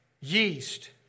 yeast